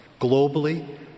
globally